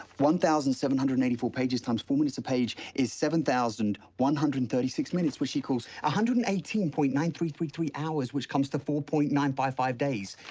one thousand seven hundred and eighty four pages times four minutes a page is seven thousand one hundred and thirty six minutes, which equals one ah hundred and eighteen point nine three three three hours, which comes to four point nine five days.